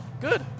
Good